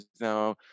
now